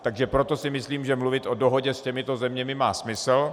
Takže proto si myslím, že mluvit o dohodě s těmito zeměmi má smysl.